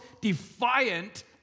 defiant